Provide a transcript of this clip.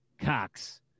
Cox